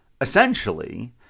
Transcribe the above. essentially